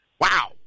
wow